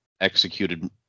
executed